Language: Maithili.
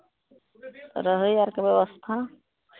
रहय आरके व्यवस्था